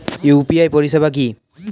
UPI পরিষেবা কি?